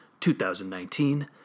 2019